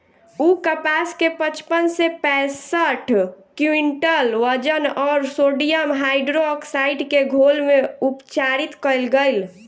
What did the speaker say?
उ कपास के पचपन से पैसठ क्विंटल वजन अउर सोडियम हाइड्रोऑक्साइड के घोल में उपचारित कइल गइल